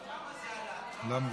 לא מוותרת.